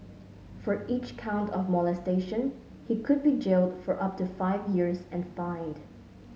for each count of molestation he could be jailed for up to five years and fined